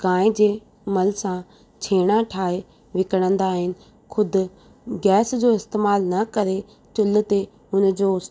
गांइ जे मल सां छेणा ठाहे विकिणंदा आहिनि ख़ुदि गैस जो इस्तेमालु न करे चुल्हि ते हुन जो